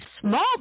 small